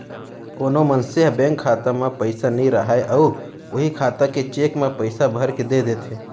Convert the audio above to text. कोनो मनसे ह बेंक खाता म पइसा नइ राहय अउ उहीं खाता के चेक म पइसा भरके दे देथे